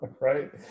Right